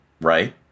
Right